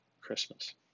Christmas